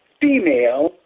female